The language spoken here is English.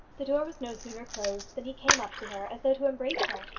the door was no sooner closed than he came up to her, as though to embrace her,